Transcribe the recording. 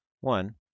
One